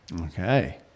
Okay